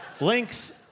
Links